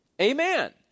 Amen